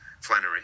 Flannery